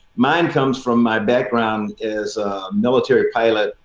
mine comes from my background is military pilot.